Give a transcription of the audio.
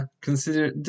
Consider